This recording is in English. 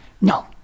No